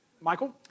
Michael